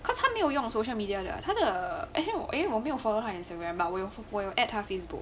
cause 他没有用 social media 了他的 actually actually 我没有 follow 他的 instagram but 我有我有 add 他 facebook